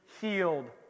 healed